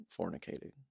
fornicating